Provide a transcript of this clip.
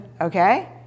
Okay